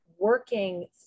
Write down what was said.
working